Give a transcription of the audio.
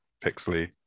pixely